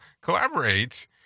collaborate